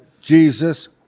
Jesus